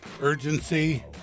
urgency